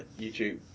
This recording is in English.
YouTube